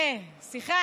אה, אה, סליחה,